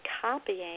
copying